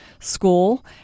school